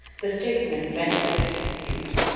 the statesman ventilated his views.